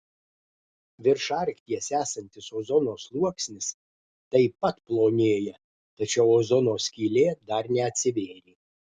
virš arkties esantis ozono sluoksnis taip pat plonėja tačiau ozono skylė dar neatsivėrė